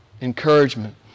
encouragement